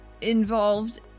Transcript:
involved